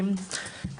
לא תהיינה נשים לוחמות